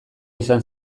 izan